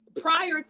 prior